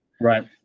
right